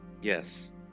Yes